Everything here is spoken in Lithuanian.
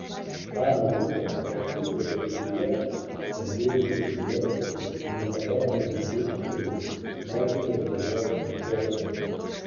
tą minutę lachudros viduje skambėjusios leksikos niekada neišgirstumei motinos dienos koncerte